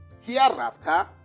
hereafter